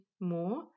more